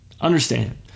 Understand